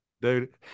Dude